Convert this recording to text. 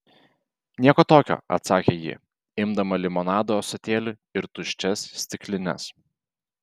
nieko tokio atsakė ji imdama limonado ąsotėlį ir tuščias stiklines